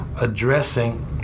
addressing